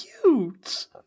cute